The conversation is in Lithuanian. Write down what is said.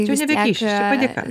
čia jau nebe kyšis čia padėka